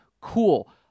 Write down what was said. Cool